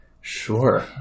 Sure